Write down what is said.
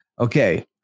Okay